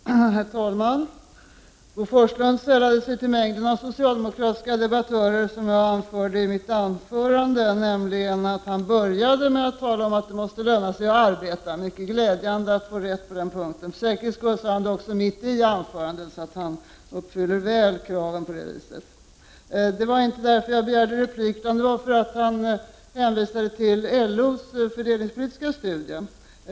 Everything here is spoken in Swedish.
Herr talman! Bo Forslund sällade sig till mängden av socialdemokratiska debattörer som jag nämnde i mitt anförande. Han började nämligen med att säga att det måste löna sig att arbeta. Det är mycket glädjande att få rätt på den punkten. För säkerhets skull sade han det också mitt i sitt anförande, så han uppfyllde väl kraven i det avseendet. Det var dock inte därför jag begärde replik, utan därför att han hänvisade till LO:s fördelningspolitiska studie.